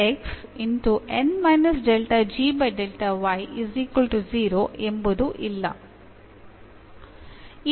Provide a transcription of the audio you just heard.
ಎಂಬುದು ಇಲ್ಲ